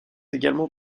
également